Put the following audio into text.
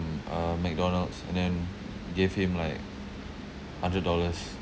uh McDonald's and then gave him like hundred dollars